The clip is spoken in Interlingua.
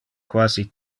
quasi